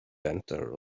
entered